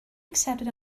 accepted